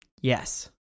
Yes